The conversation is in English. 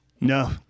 No